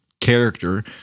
character